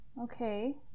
Okay